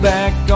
back